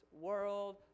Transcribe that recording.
world